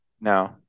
No